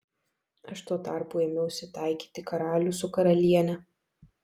aš tuo tarpu ėmiausi taikyti karalių su karaliene